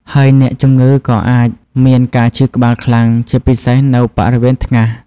ហើយអ្នកជំងឺក៏អាចមាន ការឈឺក្បាលខ្លាំង ជាពិសេសនៅបរិវេណថ្ងាស។